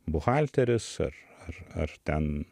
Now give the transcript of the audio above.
buhalteris ar ar ar ten